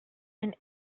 and